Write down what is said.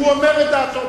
הוא אומר את דעתו.